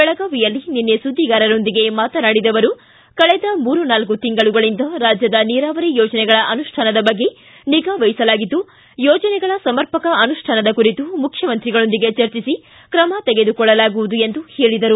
ಬೆಳಗಾವಿಯಲ್ಲಿ ನಿನ್ನೆ ಸುದ್ದಿಗಾರರೊಂದಿಗೆ ಮಾತನಾಡಿದ ಅವರು ಕಳೆದ ಮೂರು ನಾಲ್ಕು ತಿಂಗಳುಗಳಿಂದ ರಾಜ್ಯದ ನೀರಾವರಿ ಯೋಜನೆಗಳ ಅನುಷ್ಠಾನದ ಬಗ್ಗೆ ನಿಗಾವಹಿಸಲಾಗಿದ್ದು ಯೋಜನೆಗಳ ಸಮರ್ಪಕ ಅನುಷ್ಠಾನದ ಕುರಿತು ಮುಖ್ಯಮಂತ್ರಿಗಳೊಂದಿಗೆ ಚರ್ಚಿಸಿ ಕ್ರಮ ತೆಗೆದುಕೊಳ್ಳಲಾಗುವುದು ಎಂದರು